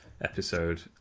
Episode